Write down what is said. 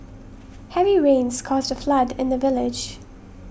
heavy rains caused a flood in the village